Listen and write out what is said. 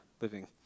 living